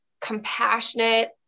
compassionate